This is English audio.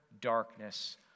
darkness